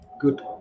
good